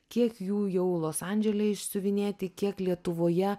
kiek jų jau los andžele išsiuvinėti kiek lietuvoje